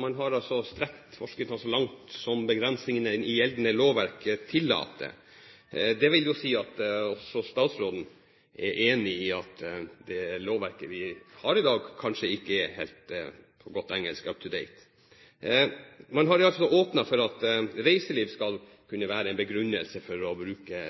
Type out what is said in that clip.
Man har altså strukket forskriftsbestemmelsene så langt som begrensningen i gjeldende lovverk tillater. Det vil jo si at statsråden er enig i at det lovverket vi har i dag, kanskje ikke er helt «up to date» – på godt engelsk. Man har åpnet for at reiseliv skal kunne være en begrunnelse for å bruke